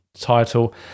Title